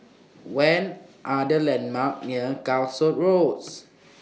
when Are The landmarks near Calshot Rose